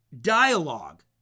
dialogue